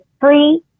free